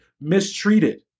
mistreated